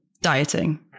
dieting